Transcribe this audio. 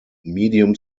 medium